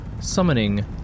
summoning